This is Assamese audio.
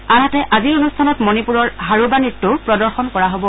আনহাতে আজিৰ অনুষ্ঠানত মণিপুৰৰ হাৰোবা নৃত্যও প্ৰদৰ্শন কৰা হ'ব